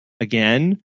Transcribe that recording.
again